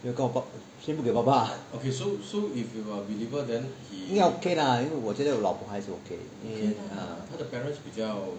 没有跟我可以不给爸爸 uh 应该 okay lah 因为我老婆孩子 okay 他的 parents 比较